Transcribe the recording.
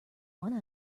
one